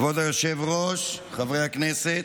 כבוד היושב-ראש, חברי הכנסת,